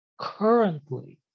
currently